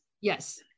Yes